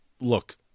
Look